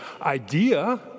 idea